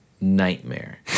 Nightmare